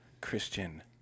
Christian